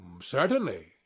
Certainly